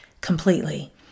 completely